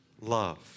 love